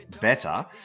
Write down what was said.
better